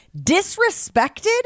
disrespected